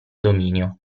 dominio